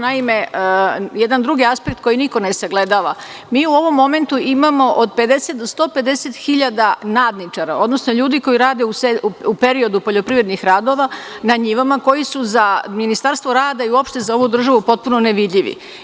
Naime, jedan drugi aspekt koji niko ne sagledava, mi u ovom momentu imamo od 50 do 150.000 nadničara, odnosno ljudi koji rade u periodu poljoprivrednih radova na njivama koji su za Ministarstvo rada i uopšte za ovu državu potpuno nevidljivi.